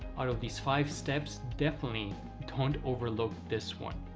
out of these five steps definitely don't overlook this one.